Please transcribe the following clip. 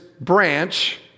branch